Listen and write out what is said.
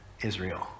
Israel